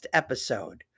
episode